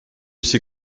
ces